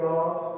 God